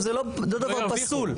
זה לא דבר פסול.